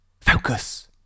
Focus